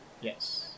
Yes